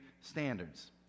standards